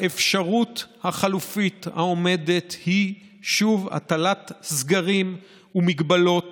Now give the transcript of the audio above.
האפשרות החלופית שעומדת היא שוב הטלת סגרים והטלת מגבלות